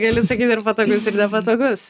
gali sakyt ir patogus ir nepatogus